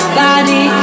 body